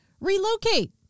Relocate